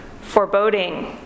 foreboding